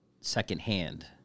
secondhand